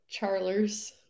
charlers